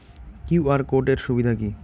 QR code এর সুবিধা কি?